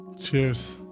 Cheers